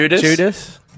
Judas